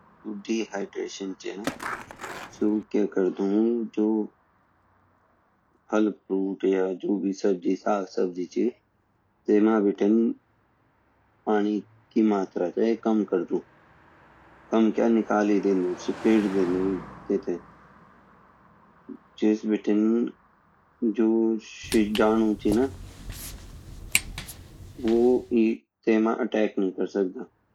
डिहाइड्रेशन ची न सु करदु जो फल फ्रूट या जो भी सैग सब्जी ची ते मा बीटिन पानी की मात्रा ते कम करदु काम क्या निकल ही देन्दु सिकुड़ देन्दु तीते जिस बीतीं जो शुक्राणु ची न वो अटैक नहीं क्र सकदा